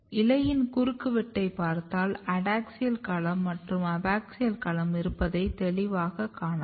இலையின் குறுக்குவெட்டைப் பார்த்தால் அடாக்ஸியல் களம் மற்றும் அபாக்ஸியல் களம் இருப்பதாய் தெளிவாக காணலாம்